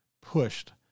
pushed